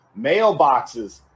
mailboxes